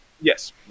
yes